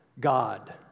God